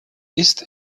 ist